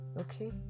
okay